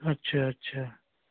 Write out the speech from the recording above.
अच्छा अच्छा